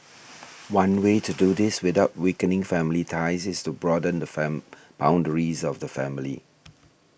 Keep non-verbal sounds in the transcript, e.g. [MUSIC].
[NOISE] one way to do this without weakening family ties is to broaden the fame boundaries of the family